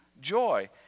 joy